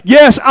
Yes